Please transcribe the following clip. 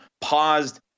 paused